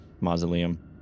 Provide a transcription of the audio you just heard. mausoleum